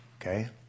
Okay